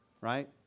right